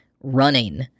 running